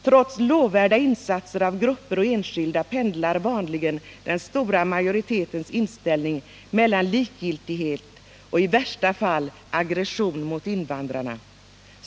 Trots lovvärda insatser från grupper och enskilda pendlar vanligen den stora majoritetens inställning mellan likgiltighet och i värsta fall aggression mot invandrarna.